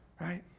right